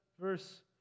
verse